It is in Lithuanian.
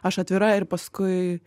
aš atvira ir paskui